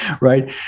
right